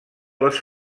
les